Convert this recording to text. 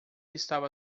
estava